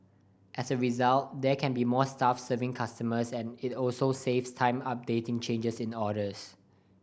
as a result there can be more staff serving customers and it also saves time updating changes in orders